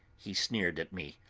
he sneered at me,